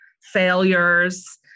failures